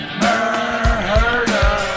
murder